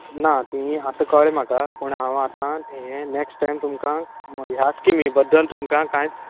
ना तीं आतां कळ्ळें म्हाका पूण हांव आतां ते हें नॅकस्ट टाय्म तुमका ह्या स्किमी बद्दल तुमका कांय